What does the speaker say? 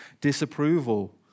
disapproval